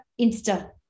Insta